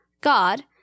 God